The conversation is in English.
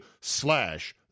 slash